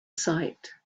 sight